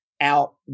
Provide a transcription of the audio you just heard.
out